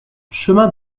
chemin